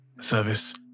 service